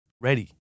ready